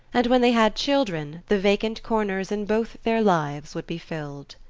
and when they had children the vacant corners in both their lives would be filled.